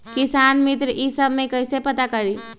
किसान मित्र ई सब मे कईसे पता करी?